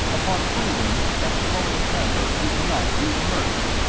upon proving that colin camber did not do the murder.